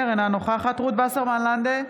נוכחת רות וסרמן לנדה,